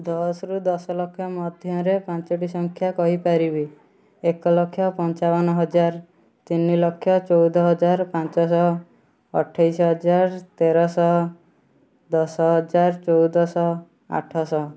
ଦଶ ରୁ ଦଶ ଲକ୍ଷ ମଧ୍ୟରେ ପାଞ୍ଚଟି ସଂଖ୍ୟା କହିପାରିବି ଏକ ଲକ୍ଷ ପଞ୍ଚାବନ ହଜାର ତିନି ଲକ୍ଷ ଚଉଦ ହଜାର ପାଞ୍ଚଶହ ଅଠେଇଶି ହଜାର ତେରଶହ ଦଶ ହଜାର ଚଉଦଶହ ଆଠଶହ